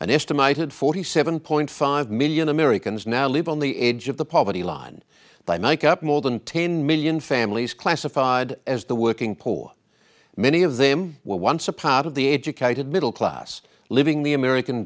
estimated forty seven point five million americans now live on the edge of the poverty line by make up more than ten million families classified as the working poor many of them were once a part of the educated middle class living the american